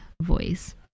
voice